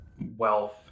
wealth